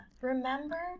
remember